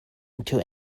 into